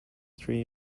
three